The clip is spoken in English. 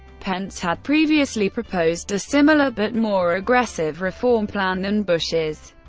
pence had previously proposed a similar, but more aggressive reform plan than bush's.